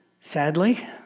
Sadly